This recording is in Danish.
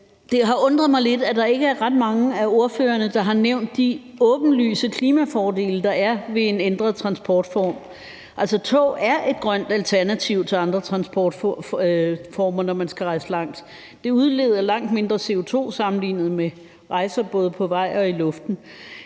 Det har undret mig lidt, at der ikke er ret mange af ordførerne, der har nævnt de åbenlyse klimafordele, der er ved en ændret transportform. Tog er et grønt alternativ til andre transportformer, når man skal rejse langt. Det udleder langt mindre CO2 sammenlignet med rejser både på vej og i luften.